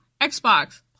Xbox